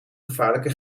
gevaarlijke